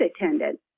attendant